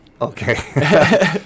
Okay